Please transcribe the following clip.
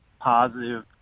positive